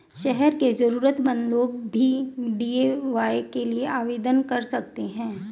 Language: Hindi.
शहर के जरूरतमंद लोग भी डी.ए.वाय के लिए आवेदन कर सकते हैं